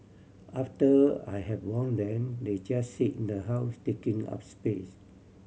after I have worn them they just sit in the house taking up space